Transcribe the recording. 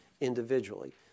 individually